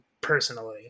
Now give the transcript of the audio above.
personally